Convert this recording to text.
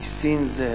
נסים זאב.